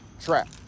trap